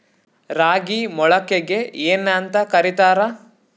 ರಾಗಿ ಮೊಳಕೆಗೆ ಏನ್ಯಾಂತ ಕರಿತಾರ?